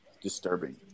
disturbing